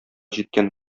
җиткән